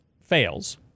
fails